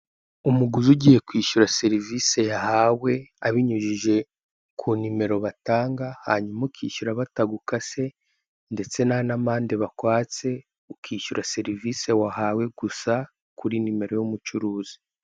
Umuguzi ugiye kwishyura serivisi yahawe, abinyujije ku nimero batanga, hanyuma ukishyura batagukase ndetse ntan'anamande bakwatse, ukishyura serivisi wahaywe gusa kuri nimero y'umucuruzi.